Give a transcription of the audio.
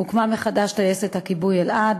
הוקמה מחדש טייסת הכיבוי "אלעד",